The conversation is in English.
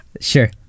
Sure